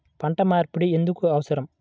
పంట మార్పిడి ఎందుకు అవసరం?